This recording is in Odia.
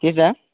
କିଟା